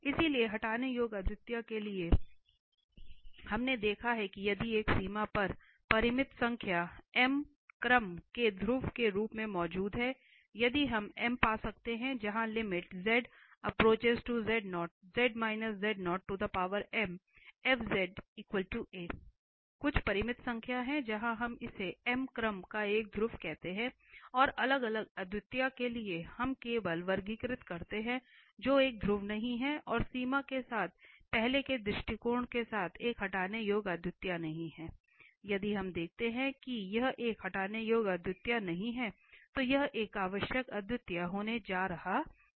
इसलिए हटाने योग्य अद्वितीयताओं के लिए हमने देखा है कि यदि यह सीमा एक परिमित संख्याm क्रम के ध्रुव के रूप में मौजूद है यदि हम m पा सकते हैं जहाँ कुछ परिमित संख्या हैं तो हम इसे m क्रम का एक ध्रुव कहते हैं और अलग अलग अद्वितीयता के लिए हम केवल वर्गीकृत करते हैं जो एक ध्रुव नहीं है और सीमा के साथ पहले के दृष्टिकोण के साथ एक हटाने योग्य अद्वितीयता नहीं है यदि हम देखते हैं कि यह एक हटाने योग्य अद्वितीयता नहीं है तो यह एक आवश्यक अद्वितीयता होने जा रहा है